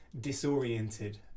disoriented